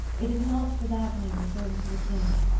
it is not for that i am referring to it now.